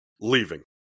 leaving